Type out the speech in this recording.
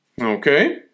Okay